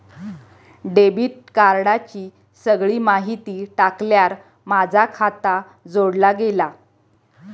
debit कार्डाची सगळी माहिती टाकल्यार माझा खाता जोडला गेला